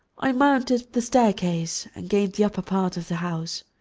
i mounted the staircase and gained the upper part of the house.